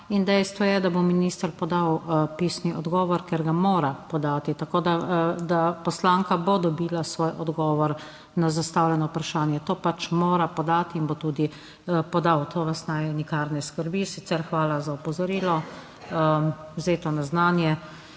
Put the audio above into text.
dejstvo je, da bo minister podal pisni odgovor, ker ga mora podati, tako da poslanka bo dobila svoj odgovor na zastavljeno vprašanje. To pač mora podati in bo tudi podal. To vas naj nikar ne skrbi. Sicer hvala za opozorilo, vzeto na znanje.